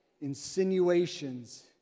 insinuations